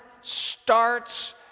starts